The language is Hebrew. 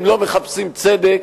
הם לא מחפשים צדק,